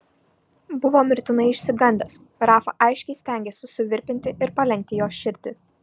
buvo mirtinai išsigandęs rafa aiškiai stengėsi suvirpinti ir palenkti jos širdį